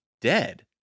dead